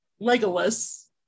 Legolas